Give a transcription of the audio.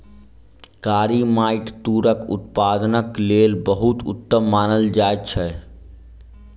कारी माइट तूरक उत्पादनक लेल बहुत उत्तम मानल जाइत अछि